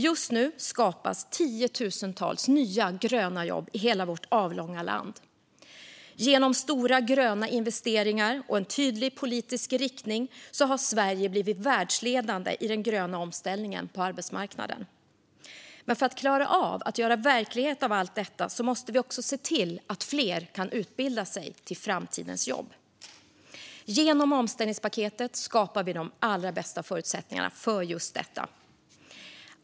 Just nu skapas nämligen tiotusentals nya, gröna jobb i hela vårt avlånga land. Genom stora gröna investeringar och en tydlig politisk riktning har Sverige blivit världsledande i den gröna omställningen på arbetsmarknaden. För att klara av att göra verklighet av allt detta måste vi dock se till att fler kan utbilda sig till framtidens jobb. Genom omställningspaketet skapar vi de allra bästa förutsättningarna för just detta.